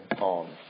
on